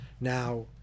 Now